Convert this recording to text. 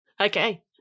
okay